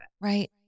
Right